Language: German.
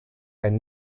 ein